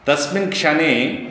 तस्मिन् क्षणे